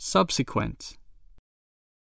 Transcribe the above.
Subsequent